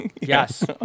yes